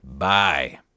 Bye